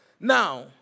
Now